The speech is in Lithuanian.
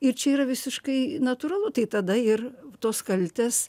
ir čia yra visiškai natūralu tai tada ir tos kaltės